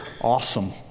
awesome